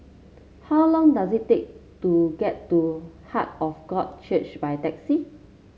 how long does it take to get to Heart of God Church by taxi